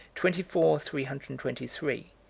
twenty four three hundred and twenty three,